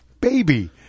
baby